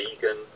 vegan